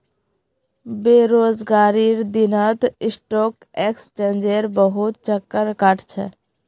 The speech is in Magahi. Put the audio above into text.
बेरोजगारीर दिनत स्टॉक एक्सचेंजेर बहुत चक्कर काट छ